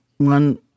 one